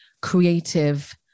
creative